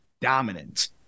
dominant